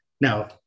Now